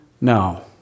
No